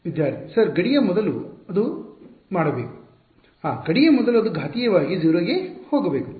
ವಿದ್ಯಾರ್ಥಿ ಸರ್ ಗಡಿಯ ಮೊದಲು ಅದು ಮಾಡಬೇಕು ಗಡಿಯ ಮೊದಲು ಅದು ಘಾತೀಯವಾಗಿ 0 ಗೆ ಹೋಗಬೇಕು